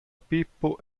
pippo